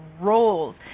roles